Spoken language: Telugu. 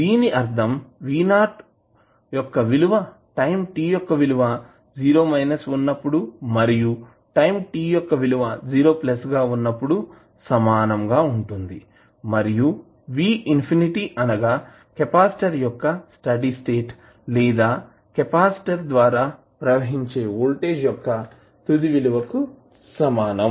దీని అర్థం V0 యొక్క విలువ టైం t యొక్క విలువ వున్నప్పుడు మరియు టైం t యొక్క విలువ 0 వున్నప్పుడు సమానం గా ఉంటుంది మరియు V అనగా కెపాసిటర్ యొక్క స్టడీ స్టేట్ లేదా కెపాసిటర్ ద్వారా ప్రవహించే వోల్టేజ్ యొక్క తుది విలువకు సమానం